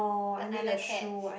another cat